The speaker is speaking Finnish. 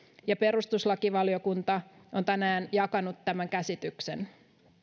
ja perustuslakivaliokunta on tänään jakanut tämän käsityksen